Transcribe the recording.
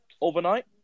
Overnight